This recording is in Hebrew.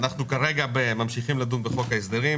ממשיכים לדון בחוק ההסדרים,